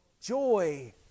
joy